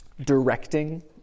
Directing